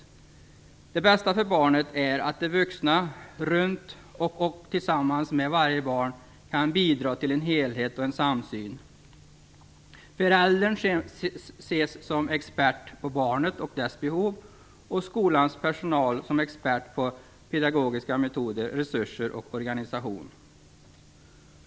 Det bästa för barnen är att de vuxna runt om och tillsammans med varje barn kan bidra till en helhet och en samsyn. Föräldern ses som expert på barnet och dess behov, och skolans personal ses som expert på pedagogiska metoder, resurser och organisation.